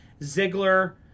Ziggler